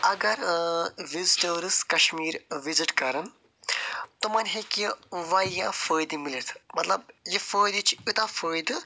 اَگر ٲں وِزٹٲرٕس کَشمیٖر وِزِٹ کَرن تِمَن ہیٚکہِ واریاہ فٲیدٕ میٖلِتھ مطلب یہِ فٲیدٕ چھُ یوتاہ فٲیدٕ